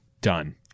done